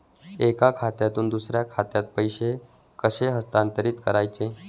एका खात्यातून दुसऱ्या खात्यात पैसे कसे हस्तांतरित करायचे